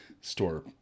store